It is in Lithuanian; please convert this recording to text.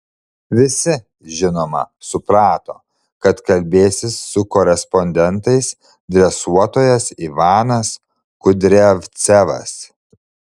visi žinoma suprato kad kalbėsis su korespondentais dresuotojas ivanas kudriavcevas